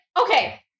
okay